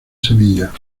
sevilla